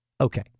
Okay